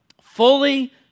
Fully